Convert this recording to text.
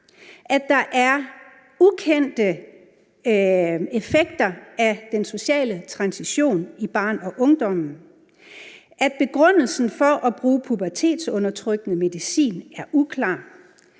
at der er ukendte effekter af den sociale transition i barn- og ungdommen, at begrundelsen for at bruge pubertetsundertrykkende medicin er uklar,